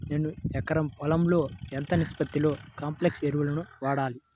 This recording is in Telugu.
నేను ఎకరం పొలంలో ఎంత నిష్పత్తిలో కాంప్లెక్స్ ఎరువులను వాడాలి?